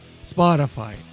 Spotify